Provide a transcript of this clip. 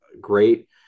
great